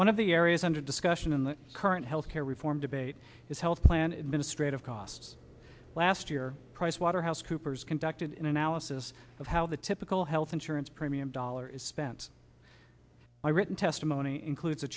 one of the areas under discussion in the current health care reform debate is health plan administrative costs last year pricewaterhouse coopers conducted an analysis of how the typical health insurance premium dollar is spent by written testimony includes a